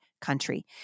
country